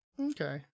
Okay